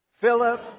Philip